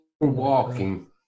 walking